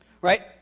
right